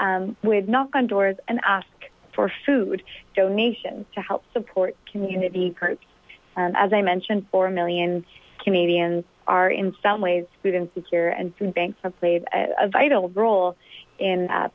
you would knock on doors and ask for food donation to help support community groups as i mentioned four million canadians are in some ways food insecure and food banks have played a vital role in